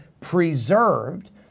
preserved